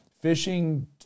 fishing